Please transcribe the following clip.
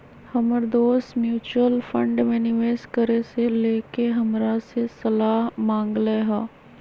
हमर दोस mutual fund में निवेश करे से लेके हमरा से सलाह मांगलय ह